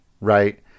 right